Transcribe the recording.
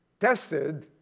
tested